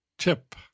Tip